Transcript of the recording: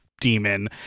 demon